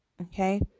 Okay